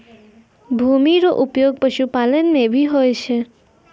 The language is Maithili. भूमि रो उपयोग पशुपालन मे भी हुवै छै